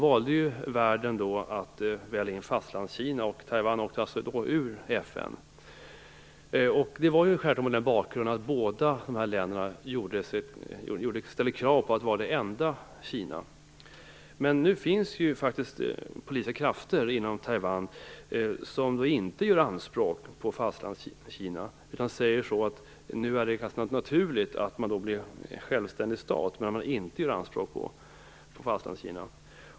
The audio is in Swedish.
Världen beslöt då att välja in Detta skedde mot den bakgrunden att båda dessa länder ställde krav på att vara det enda Kina. Det finns dock nu politiska krafter inom Taiwan som inte gör anspråk på Fastlandskina och som säger att det är naturligt att Taiwan blir en självständig stat när det inte gör anspråk på Fastlandskina.